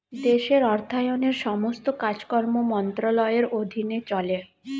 দেশের অর্থায়নের সমস্ত কাজকর্ম মন্ত্রণালয়ের অধীনে চলে